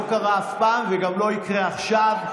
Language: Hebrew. לא קרה אף פעם, וגם לא יקרה עכשיו.